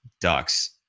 Ducks